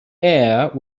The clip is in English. air